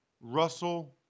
Russell